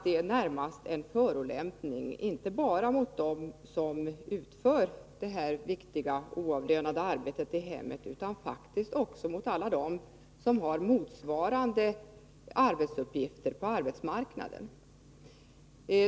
Det är en förolämpning inte bara mot dem som utför detta viktiga, oavlönade arbete i hemmet utan faktiskt också mot alla dem som har motsvarande arbetsuppgifter på arbetsmarknaden.